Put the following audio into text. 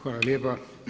Hvala lijepa.